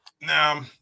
now